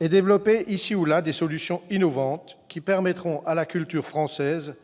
et développer, ici ou là, des solutions innovantes qui permettront à la culture française